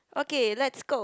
okay let's go